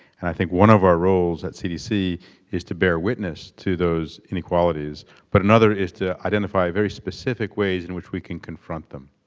and i think one of our roles at cdc is to bear witness to those inequalities but another is to identify very specific ways in which we can confront them.